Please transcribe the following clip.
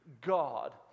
God